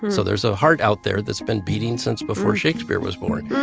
so there's a heart out there that's been beating since before shakespeare was born.